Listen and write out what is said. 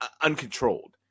uncontrolled